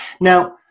now